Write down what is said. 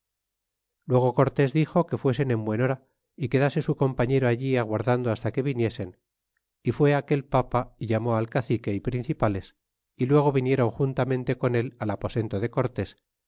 luego cortés dixo que fuese en buen hora y quedase su compañero allí aguardando hasta que viniesen é fue aquel papa é llamó al cacique e principales é luego vinieron juntamente con el al aposento de cortés